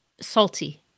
salty